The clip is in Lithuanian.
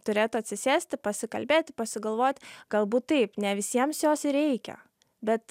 turėtų atsisėsti pasikalbėti pasigalvot galbūt taip ne visiems jos ir reikia bet